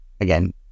again